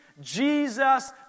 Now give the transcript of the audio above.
Jesus